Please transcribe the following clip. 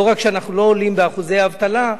לא רק שאנחנו לא עולים באחוזי האבטלה,